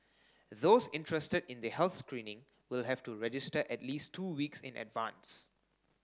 those interested in the health screening will have to register at least two weeks in advance